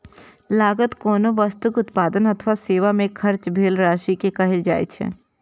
लागत कोनो वस्तुक उत्पादन अथवा सेवा मे खर्च भेल राशि कें कहल जाइ छै